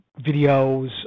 videos